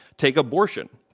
take abortion.